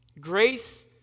grace